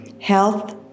health